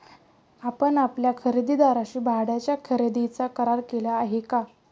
आपण आपल्या खरेदीदाराशी भाड्याच्या खरेदीचा करार केला आहे का?